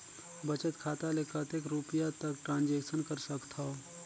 बचत खाता ले कतेक रुपिया तक ट्रांजेक्शन कर सकथव?